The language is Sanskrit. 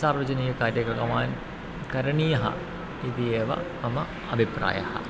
सार्वजनिककार्यक्रमान् करणीयः इति एव मम अबिप्रायः